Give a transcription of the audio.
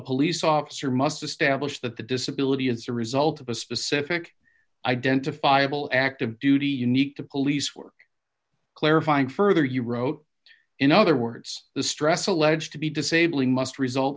police officer must establish that the disability is a result of a specific identifiable active duty unique to police work clarifying further you wrote in other words the stress alleged to be disabling must result